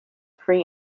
free